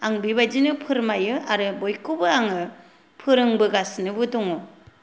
आं बेबादिनो फोरमायो आरो बयखौबो आङो फोरोंबोगासिनोबो दङ